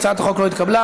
הצעת החוק לא התקבלה.